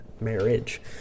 marriage